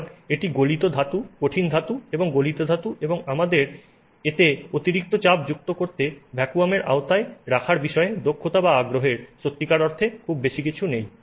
কারণ এটি গলিত ধাতু কঠিন ধাতু এবং গলিত ধাতু এবং আমাদের এতে অতিরিক্ত চাপ যুক্ত করতে বা ভ্যাকুয়ামের আওতায় রাখার বিষয়ে দক্ষতা বা আগ্রহের সত্যিকার অর্থে খুব বেশি কিছু নেই